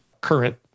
current